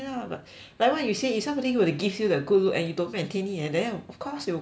like what you say if somebody go and give you the good look and you don't maintain it and then of course it will go back to the